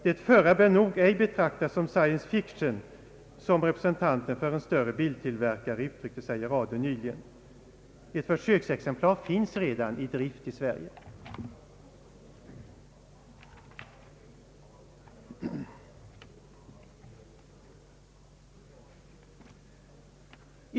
Det förra bör nog ej betraktas som »science fiction», som representanten för en större biltillverkare uttryckte sig i radio nyligen, framhåller herr Colding vidare. Ett försöksexemplar finns redan i drift i Sverige.